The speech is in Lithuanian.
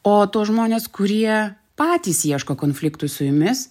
o tuos žmones kurie patys ieško konfliktų su jumis